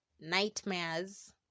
nightmares